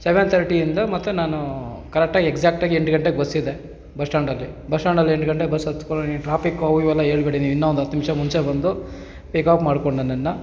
seven ತರ್ಟಿಯಿಂದ ಮತ್ತೆ ನಾನು ಕರೆಕ್ಟಾಗಿ ಎಕ್ಸಾಕ್ಟಾಗಿ ಎಂಟು ಗಂಟೆಗೆ ಬಸ್ಸಿದೆ ಬಸ್ಟ್ಯಾಂಡಲ್ಲಿ ಬಸ್ಟ್ಯಾಂಡಲ್ಲಿ ಎಂಟು ಗಂಟೆಗೆ ಬಸ್ ಅತ್ತು ಟ್ರಾಪಿಕ್ ಅವು ಇವೆಲ್ಲ ಹೇಳ್ಬೇಡಿ ನೀವು ಇನ್ನೂ ಒಂದು ಹತ್ತು ನಿಮಿಷ ಮುಂಚೆ ಬಂದು ಪಿಕಪ್ ಮಾಡ್ಕೊಂಡು ನನ್ನನ್ನು